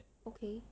okay